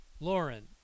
Lauren